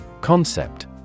Concept